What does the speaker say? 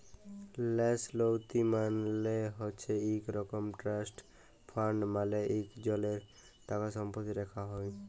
ল্যাস লীতি মালে হছে ইক রকম ট্রাস্ট ফাল্ড মালে ইকজলের টাকাসম্পত্তি রাখ্যা হ্যয়